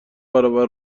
برابر